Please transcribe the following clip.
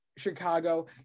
chicago